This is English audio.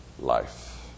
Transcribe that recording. life